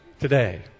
today